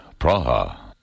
Praha